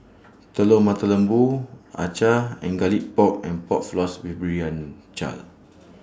Telur Mata Lembu Acar and Garlic Pork and Pork Floss with Brinjal